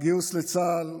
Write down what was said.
הגיוס לצה"ל,